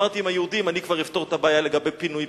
אמרתי שעם היהודים אני כבר אפתור את הבעיה לגבי פינוי-פיצוי.